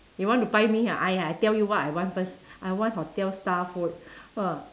you want to buy me ha !aiya! I tell you what I want first I want hotel star food !wah!